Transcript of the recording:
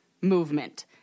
movement